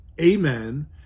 amen